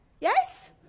Yes